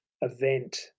event